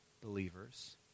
believers